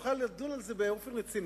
שנוכל לדון על זה באופן רציני.